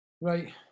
right